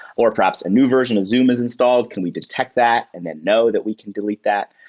or perhaps a new version of zoom is installed. can we detect that and then know that we can delete that?